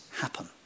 happen